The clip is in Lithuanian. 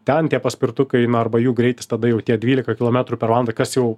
ten tie paspirtukai na arba jų greitis tada jau tie dvylika kilometrų per valandą kas jau